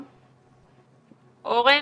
אורן,